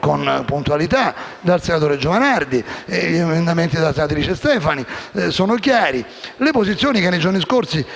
con puntualità dai senatori Caliendo e Giovanardi, gli emendamenti della senatrice Stefani sono chiari, come lo sono anche le posizioni espresse nei giorni scorsi